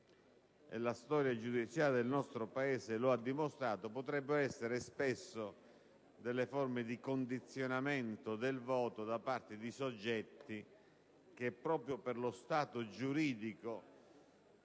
la storia giudiziaria del nostro Paese lo ha dimostrato - delle forme di condizionamento del voto da parte di soggetti che, proprio per lo stato giuridico